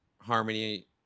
harmony